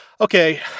Okay